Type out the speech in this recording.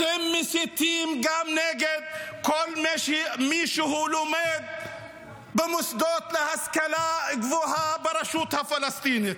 אתם מסיתים גם נגד כל מי שלומד במוסדות להשכלה גבוהה ברשות הפלסטינית.